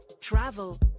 travel